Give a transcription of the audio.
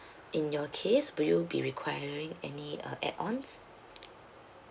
in your case will you be requiring any uh add ons